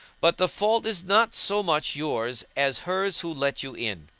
but the fault is not so much yours as hers who let you in.